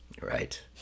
Right